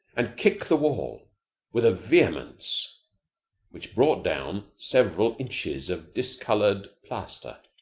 and kick the wall with a vehemence which brought down several inches of discolored plaster.